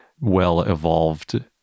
well-evolved